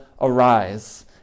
arise